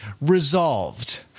resolved